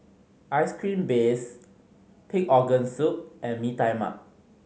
ice cream breads pig organ soup and Mee Tai Mak